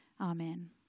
Amen